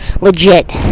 legit